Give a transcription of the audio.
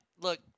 Look